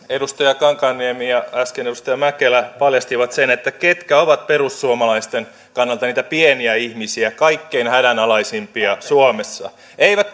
edustaja kankaanniemi ja äsken edustaja mäkelä paljastivat sen ketkä ovat perussuomalaisten kannalta niitä pieniä ihmisiä kaikkein hädänalaisimpia suomessa eivät